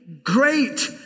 Great